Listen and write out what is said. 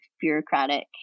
bureaucratic